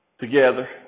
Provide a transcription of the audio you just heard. together